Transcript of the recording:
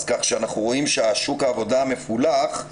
אנחנו רואים ששוק העבודה המפולח,